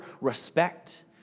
respect